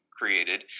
created